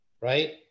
Right